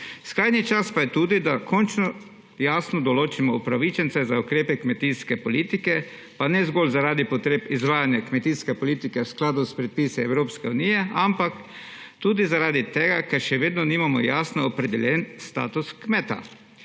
Skrajni čas pa je tudi, da končno jasno določimo upravičence za ukrepe kmetijske politike, pa ne zgolj zaradi potreb izvajanja kmetijske politike v skladu s predpisi Evropske unije, ampak tudi zaradi tega, ker še vedno nimamo jasno opredeljenega statusa kmeta.